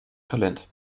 talent